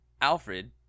Alfred